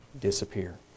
disappear